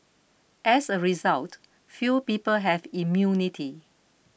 as a result few people have immunity